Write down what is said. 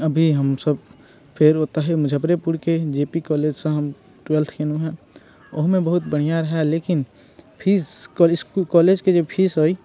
अभी हम सभ फेर ओतोय मुजफ्फरपुरके जे पी कॉलेजसँ हम ट्वेल्थ केलहुँ हेँ ओहूमे बहुत बढ़िआँ रहै लेकिन फीस इसकुल कॉलेजके जे फीस होइ